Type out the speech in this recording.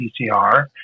PCR